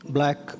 Black